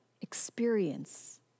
Experience